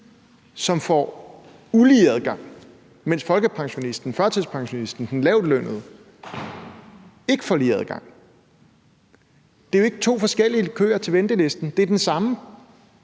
som får ulige adgang, mens folkepensionisten, førtidspensionisten og den lavtlønnede ikke får lige adgang. Det er jo ikke to forskellige køer til ventelisten; det er den samme,